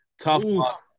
tough